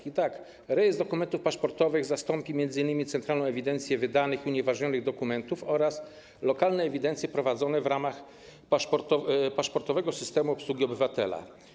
I tak Rejestr Dokumentów Paszportowych zastąpi m.in. centralną ewidencję wydanych i unieważnionych dokumentów oraz lokalne ewidencje prowadzone w ramach paszportowego systemu obsługi obywatela.